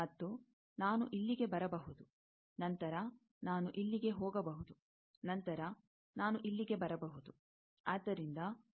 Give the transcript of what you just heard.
ಮತ್ತು ನಾನು ಇಲ್ಲಿಗೆ ಬರಬಹುದು ನಂತರ ನಾನು ಇಲ್ಲಿಗೆ ಹೋಗಬಹುದು ನಂತರ ನಾನು ಇಲ್ಲಿಗೆ ಬರಬಹುದು